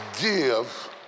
give